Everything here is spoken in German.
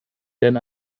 denn